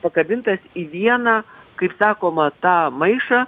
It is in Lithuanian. pakabintas į vieną kaip sakoma tą maišą